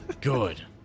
good